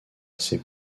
assez